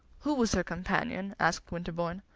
who was her companion? asked winterbourne.